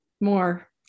more